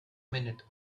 minute